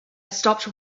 stopped